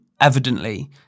evidently